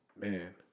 Man